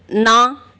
ਨਾ